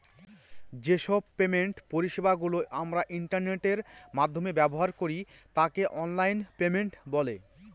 যে সব পেমেন্ট পরিষেবা গুলো আমরা ইন্টারনেটের মাধ্যমে ব্যবহার করি তাকে অনলাইন পেমেন্ট বলে